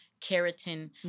keratin